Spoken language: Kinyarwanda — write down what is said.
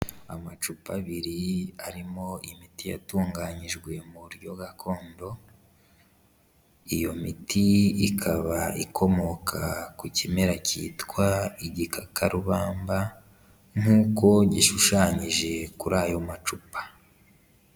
Amacupa abiri arimo imiti yatunganyijwe mu buryo gakond0, iyo miti ikaba ikomoka ku kimera kitwa igikakarubamba nk'uko gishushanyije kuri ayo macupa.